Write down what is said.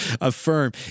affirm